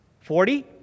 Forty